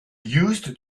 used